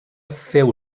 féu